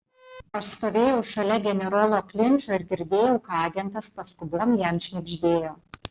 aš stovėjau šalia generolo klinčo ir girdėjau ką agentas paskubom jam šnibždėjo